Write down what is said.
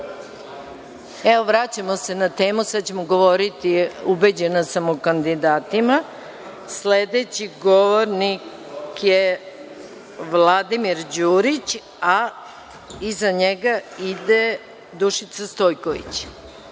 vraćamo se na temu. Sada ćemo govoriti, ubeđena sam, o kandidatima. Sledeći govornik je Vladimir Đurić, a iza njega ide Dušica Stojković.